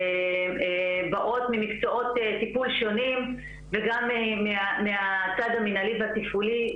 באות ממקצועות טיפול שונים וגם מהצד המנהלי והתפעולי.